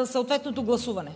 съответното гласуване.